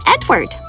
Edward